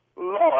Lord